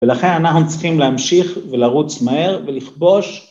ולכן אנחנו צריכים להמשיך ולרוץ מהר ולכבוש.